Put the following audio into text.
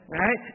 right